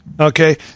Okay